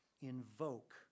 invoke